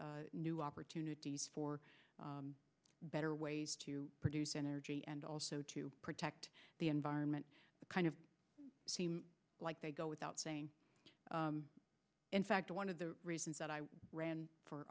new opportunities for better ways to produce energy and also to protect the environment kind of seem like they go without saying in fact one of the reasons that i ran for